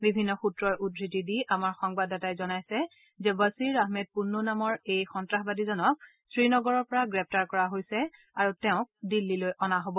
বিভিন্ন সূত্ৰৰ উদ্ধৃতি দি আমাৰ সংবাদদাতাই জনাইছে যে বচিৰ আহমেদ পোয়ু নামৰ এই সন্তাসবাদীজনক শ্ৰীনগৰৰ পৰা গ্ৰেগুাৰ কৰা হৈছে আৰু তেওঁক দিল্লীলৈ অনা হ'ব